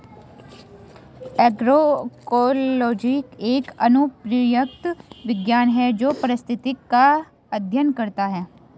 agroecology एक अनुप्रयुक्त विज्ञान है जो पारिस्थितिक का अध्ययन करता है